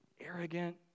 arrogant